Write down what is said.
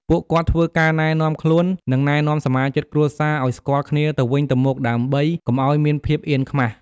ពួកគាត់ធ្វើការណែនាំខ្លួន និង ណែនាំសមាជិកគ្រួសារឲ្យស្គាល់គ្នាទៅវិញទៅមក ដើម្បីកុំឲ្យមានភាពអៀនខ្មាស។